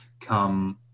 come